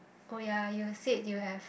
oh ya you said you have